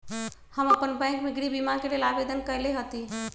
हम अप्पन बैंक में गृह बीमा के लेल आवेदन कएले हति